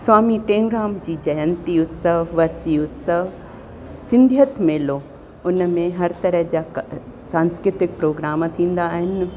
स्वामी टेऊंराम जी जयंती उत्सव वर्सी उत्सव सिंधियत मेलो उन में हर तरह जा क सांस्कृतिक प्रोग्राम थींदा आहिनि